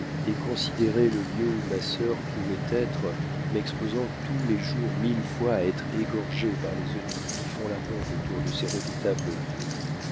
et considérer le lieu où ma sœur pouvoit être m'exposant tous les jours mille fois à être égorgé par les eunuques qui font la ronde autour de ces redoutables lieux